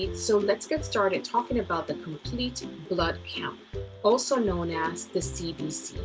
so let's get started talking about the complete blood yeah also known as the cbc.